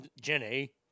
Jenny